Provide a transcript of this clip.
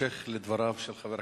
התברר מהדיון שלמרות שיש חוזר מנכ"ל